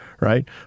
right